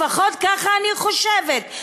לפחות ככה אני חושבת,